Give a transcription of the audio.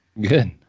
Good